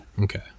Okay